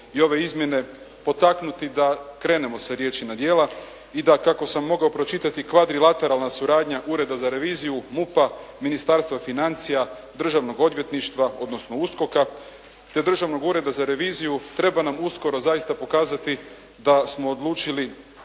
i ove izmjene potaknuti da krenemo sa riječi na djela i da kako sam mogao pročitati kvadri lateralna suradnja Ureda za reviziju, MUP-a, Ministarstva financija, Državnog odvjetništva, odnosno USKOK-a, te Državnog ureda za reviziju treba nam uskoro zaista pokazati da smo odlučili